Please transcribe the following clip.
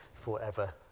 forever